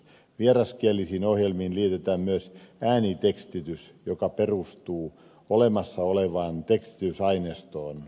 vieraskielisiin ohjelmiin liitetään myös äänitekstitys joka perustuu olemassa olevaan tekstitysaineistoon